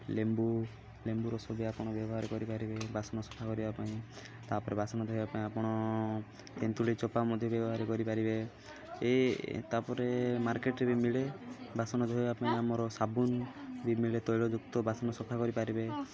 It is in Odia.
ଲେମ୍ବୁ ଲେମ୍ବୁ ରସ ବି ଆପଣ ବ୍ୟବହାର କରିପାରିବେ ବାସନ ସଫା କରିବା ପାଇଁ ତା'ପରେ ବାସନ ଧୋଇବା ପାଇଁ ଆପଣ ତେନ୍ତୁଳି ଚୋପା ମଧ୍ୟ ବ୍ୟବହାର କରିପାରିବେ ଏଇ ତା'ପରେ ମାର୍କେଟ୍ରେ ବି ମିଳେ ବାସନ ଧୋଇବା ପାଇଁ ଆମର ସାବୁନ ବି ମିଳେ ତୈଳଯୁକ୍ତ ବାସନ ସଫା କରିପାରିବେ